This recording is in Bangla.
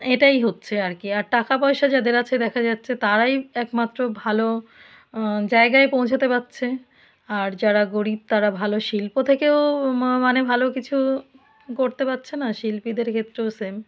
এটাই হচ্ছে আর কী আর টাকা পয়সা যাদের আছে দেখা যাচ্ছে তারাই একমাত্র ভালো জায়গায় পৌঁছাতে পারছে আর যারা গরীব তারা ভালো শিল্প থেকেও মানে ভালো কিছু করতে পারছে না শিল্পীদের ক্ষেত্রেও সেম